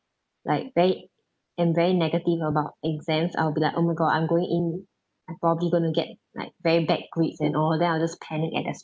like very am very negative about exams I'll be like oh my god I'm going in and probably going to get like very bad grades and all then I'll just panic at the